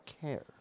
care